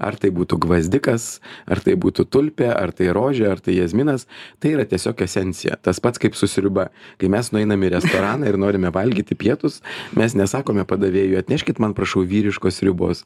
ar tai būtų gvazdikas ar tai būtų tulpė ar tai rožė ar tai jazminas tai yra tiesiog esencija tas pats kaip su sriuba kai mes nueinam į restoraną ir norime valgyti pietus mes nesakome padavėjui atneškit man prašau vyriškos sriubos